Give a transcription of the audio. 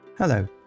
Hello